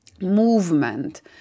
movement